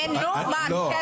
אין